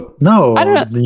No